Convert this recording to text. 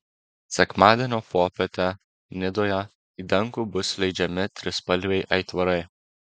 sekmadienio popietę nidoje į dangų bus leidžiami trispalviai aitvarai